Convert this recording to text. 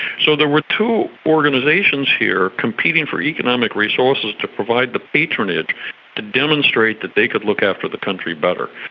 so there were two organisations here competing for economic resources to provide the patronage to demonstrate that they could look after the country better.